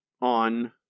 on